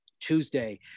Tuesday